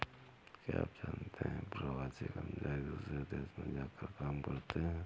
क्या आप जानते है प्रवासी कर्मचारी दूसरे देश में जाकर काम करते है?